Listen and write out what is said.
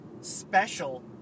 special